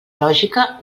lògica